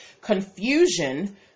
confusion